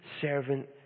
servant